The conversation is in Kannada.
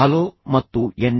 ಹಲೋ ಮತ್ತು ಎನ್